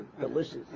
delicious